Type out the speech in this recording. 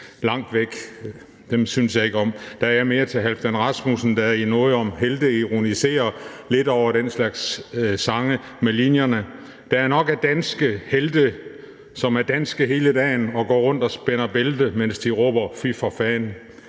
langt væk, dem synes jeg ikke om. Der er jeg mere til Halfdan Rasmussen, der i »Noget om helte« ironiserer lidt over den slags sange med linjerne: »Der er nok af danske helte, som er danske hele dag'n/ og går rundt og spænder bælte, mens de råber; Fy for Fan.«